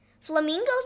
Flamingos